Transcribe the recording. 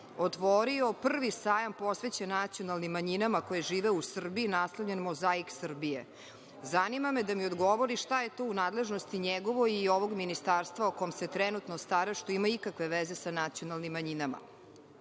otvorio prvi sajam posvećen nacionalnim manjinama koje žive u Srbije naslovljen „Mozaik Srbije“? Zanima me da mi odgovori – šta je to u nadležnosti njegovoj i ovog ministarstva o kom se trenutno stara, što ima ikakve veze sa nacionalnim manjinama? Drugo